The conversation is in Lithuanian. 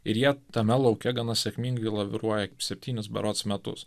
ir jie tame lauke gana sėkmingai laviruoja septynis berods metus